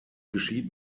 geschieht